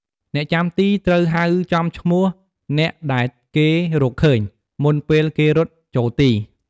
អ្នកចាំទីត្រូវហៅចំឈ្មោះអ្នកដែលគេរកឃើញ មុនពេលគេរត់ចូលទី។